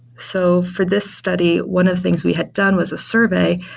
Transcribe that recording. so for this study, one of the things we had done was a survey.